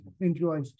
enjoy